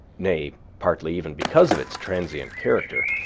nay, partly even because of its transient character,